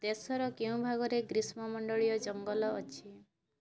ଦେଶର କେଉଁ ଭାଗରେ ଗ୍ରୀଷ୍ମମଣ୍ଡଳୀୟ ଜଙ୍ଗଲ ଅଛି